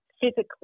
physically